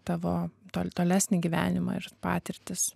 tavo to tolesnį gyvenimą ir patirtis